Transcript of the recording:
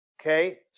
okay